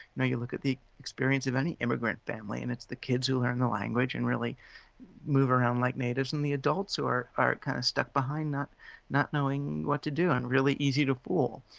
now you look at the experience of any immigrant family and it's the kids who learn the language, and really move around like natives and the adults are are kind of stuck behind not not knowing what to do and really easy to fall.